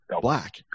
black